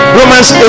romans